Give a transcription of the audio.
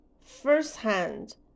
firsthand